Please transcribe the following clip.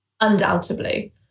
Undoubtedly